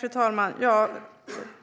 Fru talman!